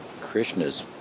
Krishna's